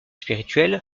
spirituelle